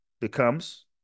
becomes